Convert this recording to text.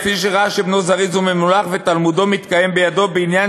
לפי שראה שבנו זריז וממולח ותלמודו מתקיים בידו בעניין